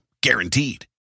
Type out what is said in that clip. Guaranteed